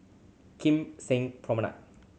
Kim Seng Promenade